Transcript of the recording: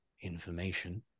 information